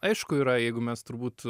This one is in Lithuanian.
aišku yra jeigu mes turbūt